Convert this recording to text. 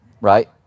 right